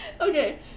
Okay